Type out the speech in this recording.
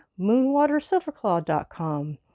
moonwatersilverclaw.com